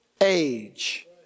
age